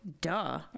duh